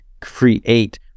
create